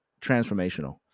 transformational